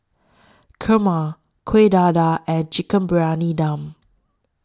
Kurma Kuih Dadar and Chicken Briyani Dum